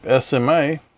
SMA